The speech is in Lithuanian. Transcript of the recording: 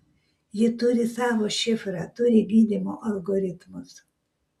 ji turi savo šifrą turi gydymo algoritmus